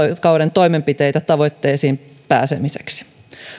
toimenpiteitä tavoitteisiin pääsemiseksi